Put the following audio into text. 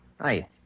Hi